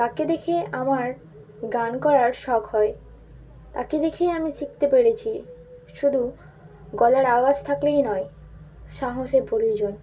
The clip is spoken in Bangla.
তাকে দেখে আমার গান করার শখ হয় তাকে দেখেই আমি শিখতে পেরেছি শুধু গলার আওয়াজ থাকলেই নয় সাহসের প্রয়োজন